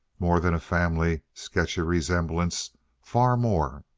more than a family, sketchy resemblance far more.